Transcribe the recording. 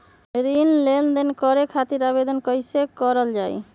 ऋण लेनदेन करे खातीर आवेदन कइसे करल जाई?